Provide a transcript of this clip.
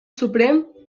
suprem